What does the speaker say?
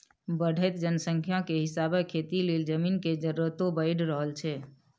बढ़इत जनसंख्या के हिसाबे खेती लेल जमीन के जरूरतो बइढ़ रहल छइ